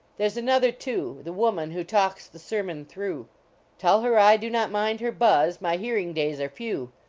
there s another, too, the woman who talks the sermon through tell her i do not mind her buzz my hearing days are few.